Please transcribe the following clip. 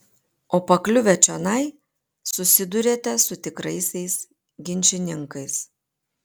o pakliuvę čionai susiduriate su tikraisiais ginčininkais